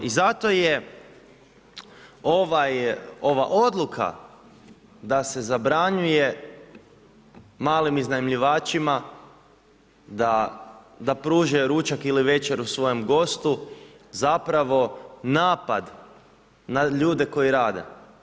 I zato je ova odluka da se zabranjuje malim iznajmljivačima, da pružaju ručak ili večeru svojem gostu, zapravo napad na ljude koji rade.